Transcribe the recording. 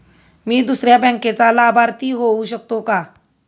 मी दुसऱ्या बँकेचा लाभार्थी होऊ शकतो का?